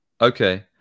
okay